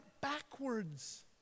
backwards